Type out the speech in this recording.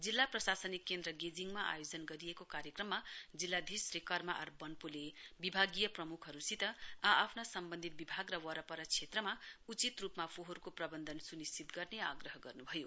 जिल्ला प्रशासनिक केन्द्र गेजिङमा आयोजना गरिएको कार्यक्रममा जिल्लाधीश श्री कर्मा आर बन्पोले विभागीय प्रमुखहरूसित आ आफ्ना सम्बन्धित विभाग र वरपर क्षेत्रमा उचित रूपमा फोहोर प्रबन्धन सुनिश्चित गर्ने आग्रह गर्नु भयो